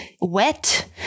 wet